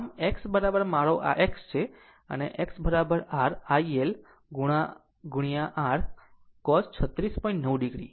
આમ x આ મારો x છે આ મારો x છે x r IL r cos 36